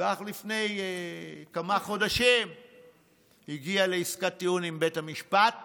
ואך לפני כמה חודשים הוא הגיע לעסקת טיעון עם בית המשפט